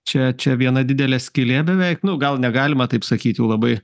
čia čia viena didelė skylė beveik nu gal negalima taip sakyt jau labai